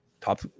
top